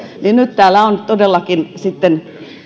keskusteluun nyt täällä on todellakin sitten